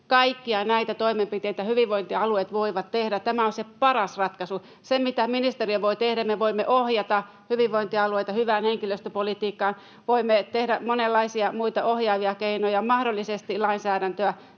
Kaikkia näitä toimenpiteitä hyvinvointialueet voivat tehdä. Tämä on se paras ratkaisu. Se, mitä ministeriö voi tehdä, on ohjata hyvinvointialueita hyvään henkilöstöpolitiikkaan. Voimme käyttää monenlaisia muita ohjaavia keinoja, mahdollisesti lainsäädäntöä.